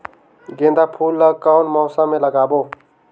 गेंदा फूल ल कौन मौसम मे लगाबो?